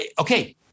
okay